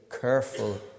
careful